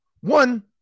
one